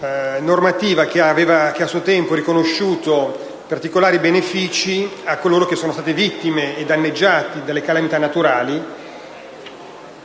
normativa che a suo tempo ha riconosciuto particolari benefici a coloro che sono stati vittime o sono stati danneggiati dalle calamità naturali,